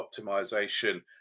optimization